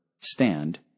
stand